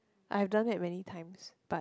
I have done that many times but